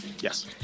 Yes